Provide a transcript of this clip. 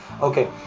okay